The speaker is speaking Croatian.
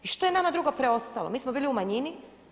I što je nama drugo preostalo, mi smo bili u manjini?